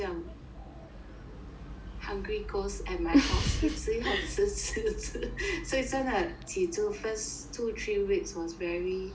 hungry ghosts at my house 一直要吃吃吃 所以真的起初 first two three weeks was very